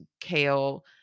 kale